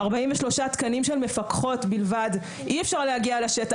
43 תקנים של מפקחות בלבד אי אפשר להגיע לשטח,